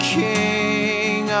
king